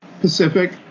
Pacific